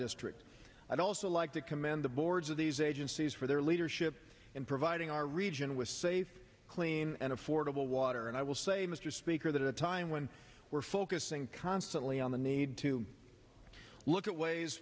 district i'd also like to commend the boards of these agencies for their leadership in providing our region with safe clean and affordable water and i will say mr speaker that a time when we're focusing constantly on the need to look at ways